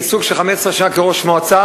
מעיסוק של 15 שנה כראש מועצה: